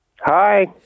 Hi